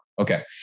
Okay